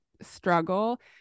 struggle